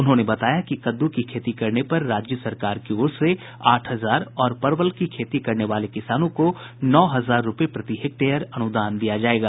उन्होंने बताया कि कद्द की खेती करने पर राज्य सरकार की ओर से आठ हजार और परवल की खेती करने वाले किसानों को नौ हजार रुपए प्रति हेक्टेयर अनुदान दिया जायेगा